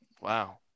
Wow